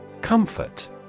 Comfort